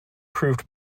proved